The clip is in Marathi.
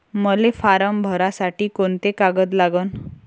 मले फारम भरासाठी कोंते कागद लागन?